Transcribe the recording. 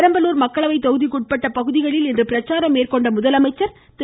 பெரம்பலூர் மக்களைவை தொகுதிக்குட்பட்ட பகுதிகளில் இன்று பிரச்சாரம் மேற்கொண்டுள்ள முதலமைச்சர் திரு